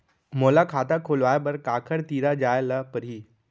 मोला खाता खोलवाय बर काखर तिरा जाय ल परही?